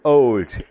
old